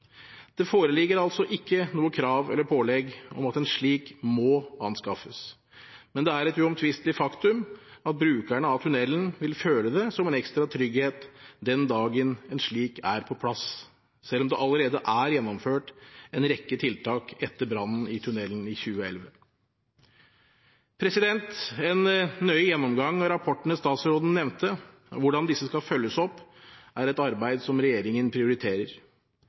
Det foreligger altså ikke noe krav eller pålegg om at en slik må anskaffes, men det er et uomtvistelig faktum at brukerne av tunnelen vil føle det som en ekstra trygghet den dagen en slik er på plass, selv om det allerede er gjennomført en rekke tiltak etter brannen i tunnelen i 2011. En nøye gjennomgang av rapportene statsråden nevnte, og hvordan disse skal følges opp, er et arbeid som regjeringen prioriterer.